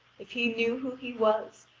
if he knew who he was,